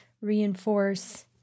reinforce